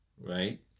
right